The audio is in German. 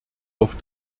auf